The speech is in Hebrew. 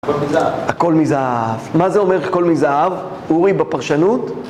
הכל מזהב. הכל מזהב. מה זה אומר הכל מזהב? אורי, בפרשנות?